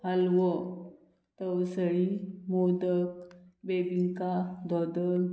हालवो तवसळी मोदक बेबिंका दोदल